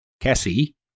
Cassie